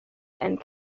and